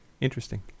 Interesting